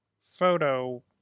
photo